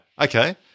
Okay